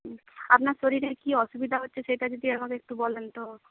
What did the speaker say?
আপনার শরীরের কি অসুবিধা হচ্ছে সেটা যদি আমাকে একটু বলেন তো